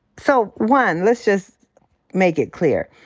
so, one, let's just make it clear.